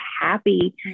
happy